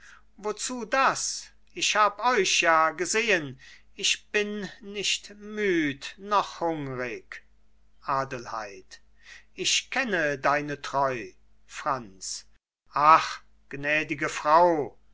wozu das ich hab euch ja gesehen ich bin nicht müd noch hungrig adelheid ich kenne deine treu franz ach gnädige frau